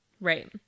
Right